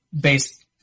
based